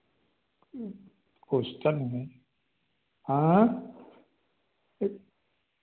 question में हाँ